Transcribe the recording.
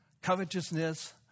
covetousness